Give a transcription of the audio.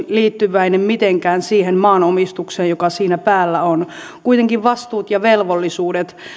liittyväinen mitenkään siihen maanomistukseen joka siinä päällä on kuitenkin vastuut ja velvollisuudet